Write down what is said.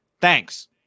Thanks